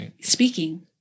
speaking